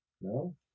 No